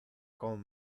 con